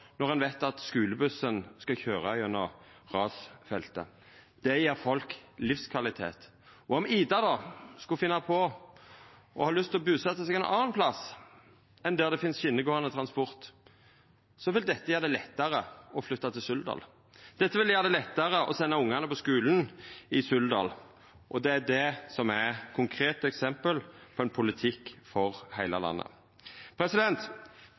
når ein veit at skulebussen skal køyra gjennom rasfeltet. Det gjev folk livskvalitet. Om Ida skulle finna på å ha lyst til å busetja seg ein annan plass enn der det finst skinnegåande transport, vil dette gjera det lettare å flytta til Suldal. Det vil gjera det lettare å senda ungane på skulen i Suldal. Det er det som er eit konkret eksempel på ein politikk for heile landet.